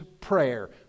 prayer